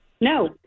No